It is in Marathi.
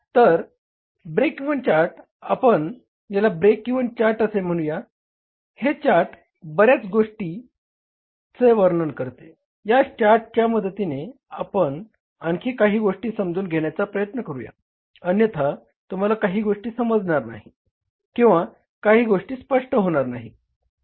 तर ब्रेक इव्हन चार्ट आपण याला ब्रेक इव्हन चार्ट असे म्हणूया हे चार्ट बरयाच गोष्टींचे वर्णन करते या चार्टच्या मदतीने आपण आणखी काही गोष्टी समजून घेण्याचा प्रयत्न करूया अन्यथा तुम्हाला काही गोष्टी समजणार नाही किंवा काही गोष्टी स्पष्ट होणार नाहीत